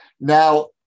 Now